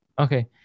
okay